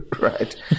right